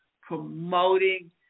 promoting